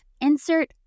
insert